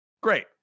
Great